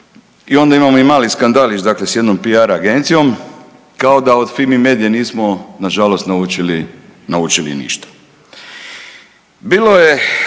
I onda imamo i mali skandalić dakle s jednom piar agencijom kao da od Fimi Medie nismo na žalost naučili ništa. Bilo bi